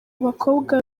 bakobwa